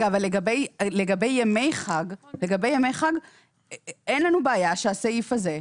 לגבי ימי חג אין לנו בעיה שהסעיף הזה,